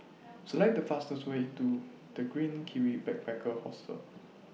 Select The fastest Way to The Green Kiwi Backpacker Hostel